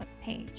page